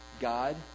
God